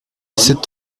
cet